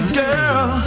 girl